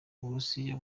uburusiya